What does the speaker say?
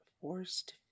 Forced